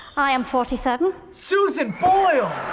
i am forty seven. susan boyle!